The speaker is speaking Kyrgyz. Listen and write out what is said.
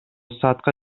саатка